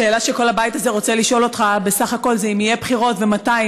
השאלה שכל הבית הזה רוצה לשאול אותך בסך הכול זה אם יהיו בחירות ומתי,